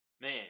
Man